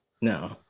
No